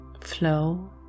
flow